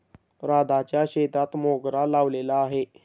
राधाच्या शेतात मोगरा लावलेला आहे